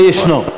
וישנו.